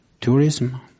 tourism